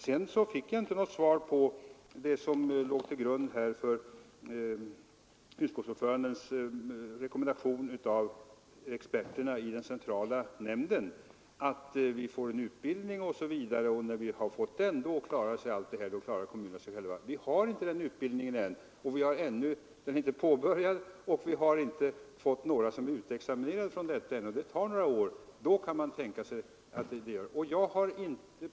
Sedan fick jag inget svar på vad som låg till grund för utskottsordförandens rekommendation om experterna i den centrala nämnden. Han säger att vi får en utbildning och att när vi har fått den klarar sig kommunerna själva. Vi har inte påbörjat en sådan utbildning än, och det finns ännu inga utexaminerade från den. Det tar några år.